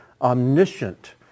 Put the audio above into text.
omniscient